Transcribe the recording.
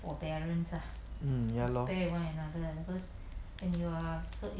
mm ya lor